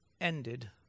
ended